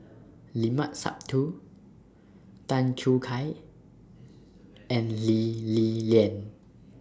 Limat Sabtu Tan Choo Kai and Lee Li Lian